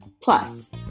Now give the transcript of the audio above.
Plus